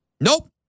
Nope